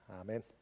Amen